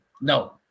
No